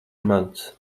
mans